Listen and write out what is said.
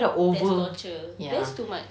that's torture that's too much